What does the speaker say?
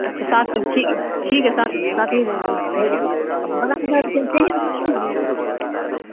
اچھا سات ٹھیک ٹھیک ہے سات سات ہی دے دو ہو جائے بڑا ہوگا تو چینج ہو جائے گا نا جی